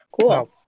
Cool